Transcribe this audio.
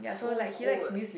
so good